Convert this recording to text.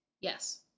Yes